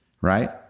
right